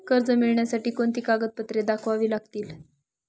कर्ज मिळण्यासाठी कोणती कागदपत्रे दाखवावी लागतील?